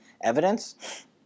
evidence